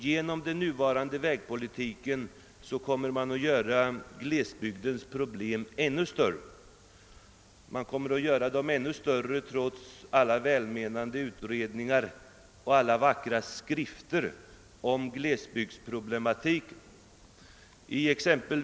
Genom den nuvarande vägpolitiken gör man glesbygdens problem ännu större, trots alla välmenande utredningar och alla vackra skrifter om glesbygdsproblematiken.